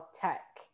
Tech